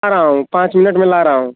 ला रहा हूँ पाँच मिनट में ला रहा हूँ